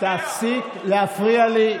תפסיק להפריע לי.